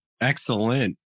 Excellent